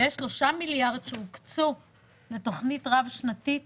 ויש שלושה מיליארד שהוקצו לתוכנית רב שנתית